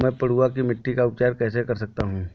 मैं पडुआ की मिट्टी का उपचार कैसे कर सकता हूँ?